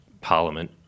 parliament